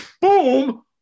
Boom